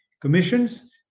commissions